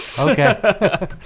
Okay